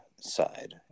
side